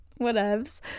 whatevs